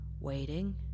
waiting